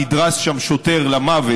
נדרס שם שוטר למוות,